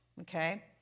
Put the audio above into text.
Okay